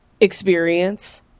experience